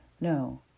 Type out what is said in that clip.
no